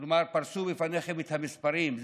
כבר פרסו בפניכם את המספרים.